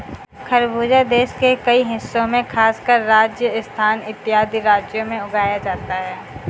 खरबूजा देश के कई हिस्सों में खासकर राजस्थान इत्यादि राज्यों में उगाया जाता है